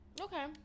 Okay